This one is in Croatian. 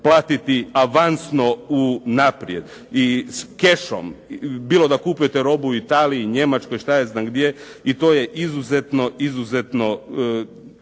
platiti avansno unaprijed i kešom bilo da kupujete robu u Italiji, Njemačkoj, šta ja znam gdje i to je izuzetno teško.